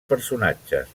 personatges